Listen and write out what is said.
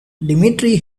dmitry